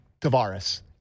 Tavares